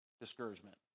discouragement